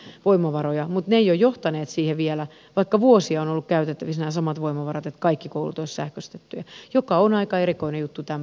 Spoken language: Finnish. meillä on myös tähän olemassa kyllä voimavaroja mutta ne eivät ole johtaneet siihen vielä vaikka vuosia ovat olleet käytettävissä nämä samat voimavarat että kaikki koulut olisivat sähköistettyjä mikä on aika erikoinen juttu tämän päivän maailmassa